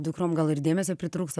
dukrom gal ir dėmesio pritrūksta